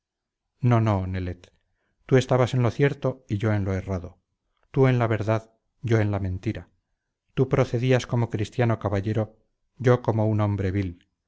no no nelet tú estabas en lo cierto y yo en lo errado tú en la verdad yo en la mentira tú procedías como cristiano caballero yo como un hombre vil